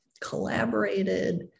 collaborated